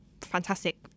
fantastic